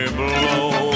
blow